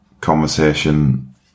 conversation